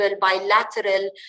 bilateral